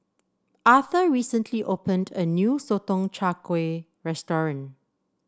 Arthur recently opened a new Sotong Char Kway restaurant